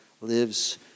lives